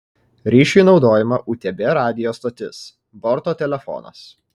ryšiui naudojama utb radijo stotis borto telefonas